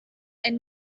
and